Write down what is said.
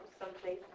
someplace